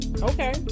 okay